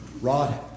Rod